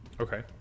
Okay